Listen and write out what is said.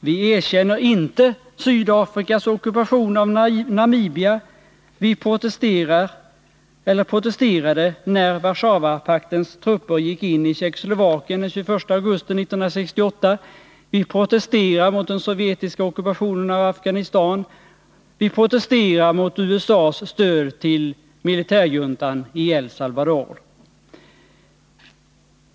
Vi erkänner inte Sydafrikas ockupation av Namibia, vi protesterade när Warszawapaktens trupper gick ini Tjeckoslovakien den 21 augusti 1968, vi protesterar mot den sovjetiska ockupationen av Afghanistan och mot USA:s stöd till militärjuntan i El Salvador.